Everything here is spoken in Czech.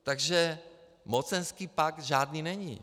Takže mocenský pakt žádný není.